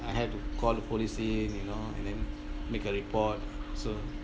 I had to call the police say you know and then make a report so